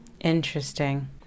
Interesting